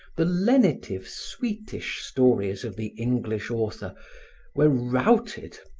the lenitive, sweetish stories of the english author were routed,